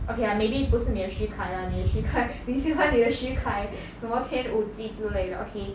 okay lah maybe 不是你的许凯 lah 你的许凯 你喜欢你的许凯 什么天舞纪之类的 okay